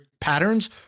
patterns